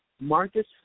Marcus